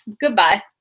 Goodbye